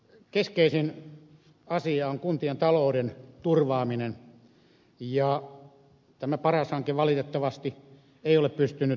keskeisin asia on kuntien talouden turvaaminen ja tämä paras hanke valitettavasti ei ole pystynyt sitä tekemään